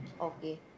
Okay